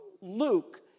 Luke